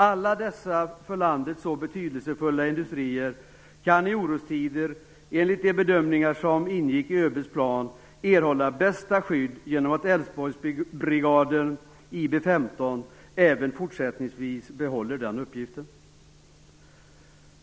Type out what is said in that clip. Alla dessa för landet så betydelsefulla industrier kan i orostider enligt de bedömningar som ingick i ÖB:s plan erhålla bästa skydd genom att Älvsborgsbrigaden, IB 15, även fortsättningsvis behåller den uppgiften.